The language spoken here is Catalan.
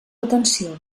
atenció